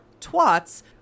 twats